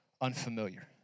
unfamiliar